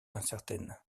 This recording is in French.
incertaine